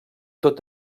tot